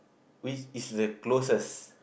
which is the closest